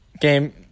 Game